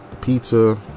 Pizza